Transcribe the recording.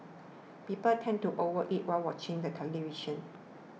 people tend to overeat while watching the television